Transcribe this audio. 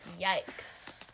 Yikes